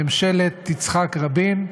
בממשלת יצחק רבין,